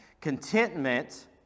Contentment